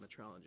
metrology